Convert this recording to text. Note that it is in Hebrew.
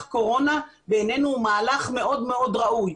קורונה בעינינו הוא מהלך מאוד מאוד ראוי,